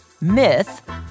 Myth